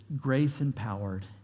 grace-empowered